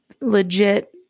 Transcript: legit